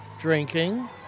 drinking